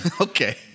Okay